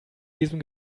diesem